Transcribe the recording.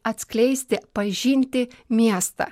atskleisti pažinti miestą